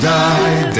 die